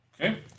Okay